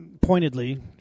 pointedly